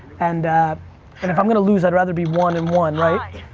and and if i'm gonna lose, i'd rather be one and one, right?